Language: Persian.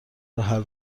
روحل